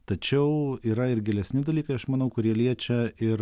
tačiau yra ir gilesni dalykai aš manau kurie liečia ir